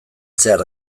zehar